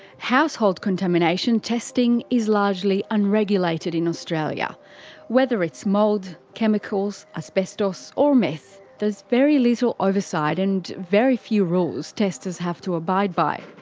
household contamination testing is largely unregulated in australia whether it's mould, chemicals, asbestos, or meth there is very little oversight and very few rules testers have to abide by.